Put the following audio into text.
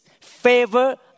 favor